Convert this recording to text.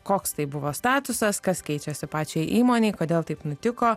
koks tai buvo statusas kas keičiasi pačiai įmonei kodėl taip nutiko